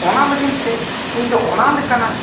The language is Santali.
ᱚᱱᱟ ᱞᱟᱹᱜᱤᱫᱼᱛᱮ ᱤᱧᱫᱚ ᱚᱱᱟᱞᱮᱠᱟᱱᱟᱜ